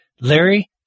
Larry